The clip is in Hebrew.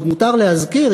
אם עוד מותר להזכיר,